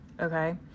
okay